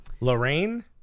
Lorraine